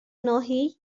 ناحیهای